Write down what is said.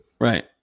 Right